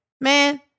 man